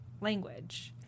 language